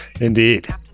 Indeed